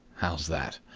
how's that?